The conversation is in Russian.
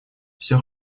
всё